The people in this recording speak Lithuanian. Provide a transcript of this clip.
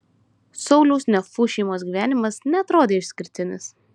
sauliaus nefų šeimos gyvenimas neatrodė išskirtinis